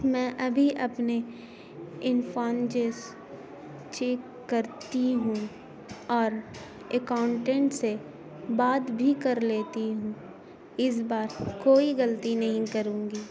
میں ابھی اپنے انفانجز چیک کرتی ہوں اور اکاؤنٹینٹ سے بات بھی کر لیتی ہوں اس بار کوئی غلطی نہیں کروں گی